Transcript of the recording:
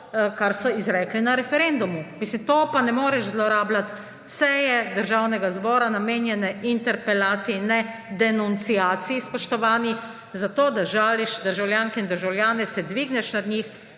kar so izrekli na referendumu. Pa ne moreš zlorabljati seje Državnega zbora, namenjene interpelaciji in ne denunciaciji, spoštovani, zato da žališ državljanke in državljane, se dvigneš nad njih